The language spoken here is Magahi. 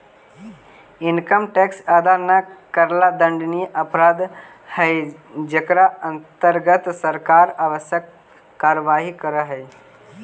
इनकम टैक्स अदा न करला दंडनीय अपराध हई जेकर अंतर्गत सरकार आवश्यक कार्यवाही करऽ हई